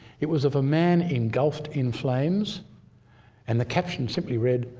it was of a man engulfed in flames and the caption simply read,